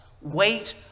wait